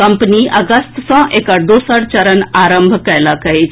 company अगस्त सँ एकर दोसर चरण आरंभ कएलक अछि